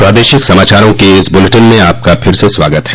प्रादेशिक समाचारों के इस बुलेटिन में आपका फिर से स्वागत है